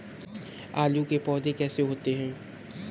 आलू के पौधे कैसे होते हैं?